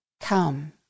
Come